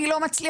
אני לא מצליח,